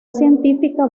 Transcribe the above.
científica